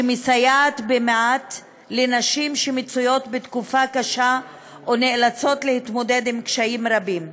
שמסייעת במעט לנשים שנתונות בתקופה קשה ונאלצות להתמודד עם קשיים רבים.